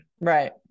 Right